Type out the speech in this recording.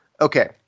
okay